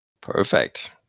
Perfect